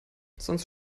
sonst